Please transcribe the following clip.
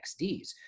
XDs